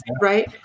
Right